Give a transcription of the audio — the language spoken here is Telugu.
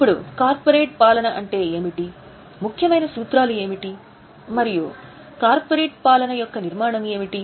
కాబట్టి కార్పొరేట్ పాలన అంటే ఏమిటి ముఖ్యమైన సూత్రాలు ఏమిటి మరియు కార్పొరేట్ పాలన యొక్క నిర్మాణం ఏమిటి